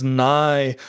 nigh